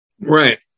Right